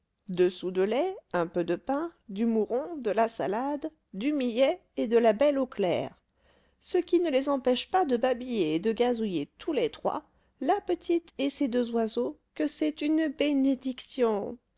sous de lait un peu de pain du mouron de la salade du millet et de la belle eau claire ce qui ne les empêche pas de babiller et de gazouiller tous les trois la petite et ses deux oiseaux que c'est une bénédiction